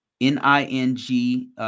N-I-N-G